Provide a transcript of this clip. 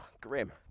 grim